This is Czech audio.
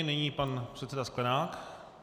Nyní pan předseda Sklenák.